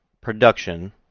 production